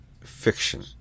fiction